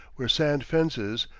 where sand-fences,